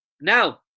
Now